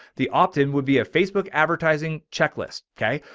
the optin would be a facebook advertising checklist. okay.